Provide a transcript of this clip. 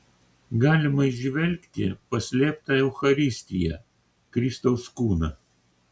galima įžvelgti paslėptą eucharistiją kristaus kūną